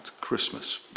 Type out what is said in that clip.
Christmas